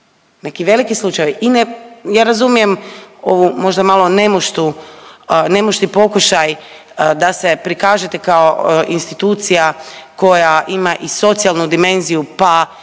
neki veliki slučajevi i ne, ja razumijem ovu možda malo nemuštu, nemušti pokušaj da se prikažete kao institucija koja ima i socijalnu dimenziju pa